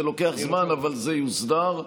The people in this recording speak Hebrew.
זה לוקח זמן, אבל זה יוסדר,